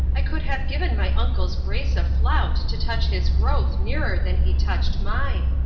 i could have given my uncle's grace a flout to touch his growth nearer than he touch'd mine.